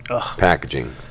packaging